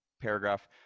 paragraph